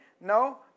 No